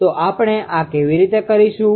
તો આપણે આ કેવી રીતે કરીશું